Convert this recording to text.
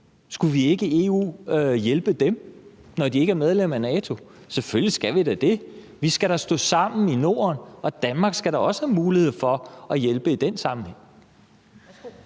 Skulle vi ikke i EU hjælpe dem, når de ikke er medlem af NATO? Selvfølgelig skal vi da det. Vi skal da stå sammen i Norden, og Danmark skal da også have mulighed for at hjælpe i den sammenhæng.